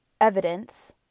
evidence